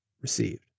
received